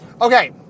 Okay